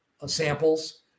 samples